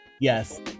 yes